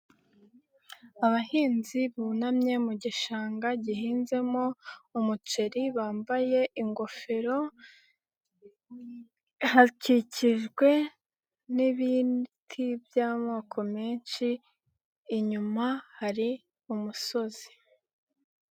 Abahinzi bunamye mu gishanga gihinzemo umuceri, bambaye ingofero, hakikijwe n'ibti by'amoko menshi, inyuma hari umusozi.